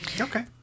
Okay